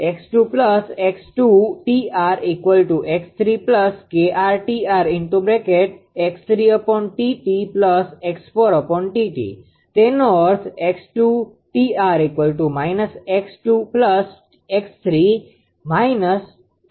તેનો અર્થ છે